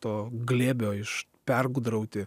to glėbio iš pergudrauti